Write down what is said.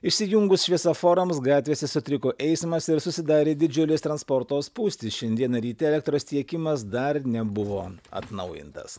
išsijungus šviesoforams gatvėse sutriko eismas ir susidarė didžiulės transporto spūstys šiandieną ryte elektros tiekimas dar nebuvo atnaujintas